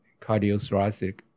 cardiothoracic